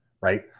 right